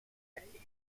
brej